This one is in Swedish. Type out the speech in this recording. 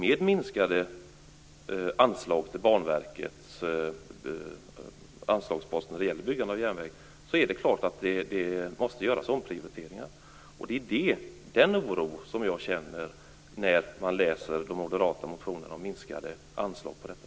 Med minskade anslagsposter till Banverket för byggande av järnväg måste det förstås göras omprioriteringar. Det är den oron jag känner när jag läser de moderata motionerna om minskade anslag till detta.